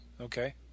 Okay